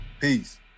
Peace